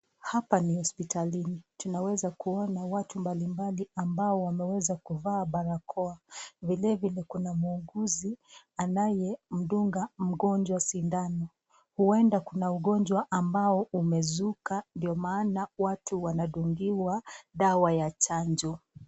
Hapa ni hospitalini. Tunaweza kuona watu mbali mbali ambao wameweza kuvaa barakoa. Vile vile kuna muuguzi anayemdunga mgonjwa sindana. Huenda kuna ugonjwa ambao umezuka ndio maana watu wanadungiwa dawa ya chanjo.